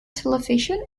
television